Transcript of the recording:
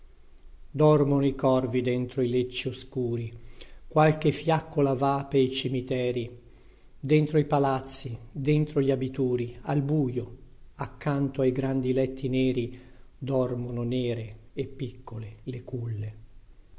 dormono i corvi dentro i lecci oscuri qualche fiaccola va pei cimiteri dentro i palazzi dentro gli abituri al buio accanto ai grandi letti neri dormono nere e piccole le culle